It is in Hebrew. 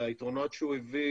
היתרונות שהוא הביא,